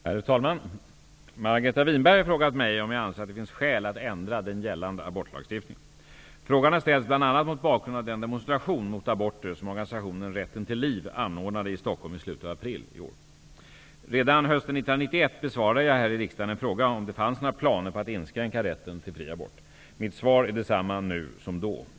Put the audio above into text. Herr talman! Margareta Winberg har frågat mig om jag anser att det finns skäl att ändra den gällande abortlagstiftningen. Frågan har ställts bl.a. mot bakgrund av den demonstration mot aborter som organisationen Redan hösten 1991 besvarade jag här i riksdagen en fråga om det fanns några planer på att inskränka rätten till fri abort. Mitt svar är detsamma nu som då.